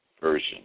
Version